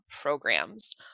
programs